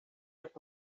but